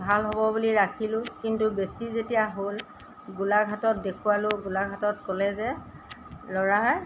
ভাল হ'ব বুলি ৰাখিলোঁ কিন্তু বেছি যেতিয়া হ'ল গোলাঘাটত দেখুৱালোঁ গোলাঘাটত ক'লে যে ল'ৰাৰ